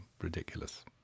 ridiculous